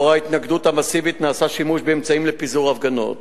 לאור ההתנגדות המסיבית נעשה שימוש באמצעים לפיזור הפגנות.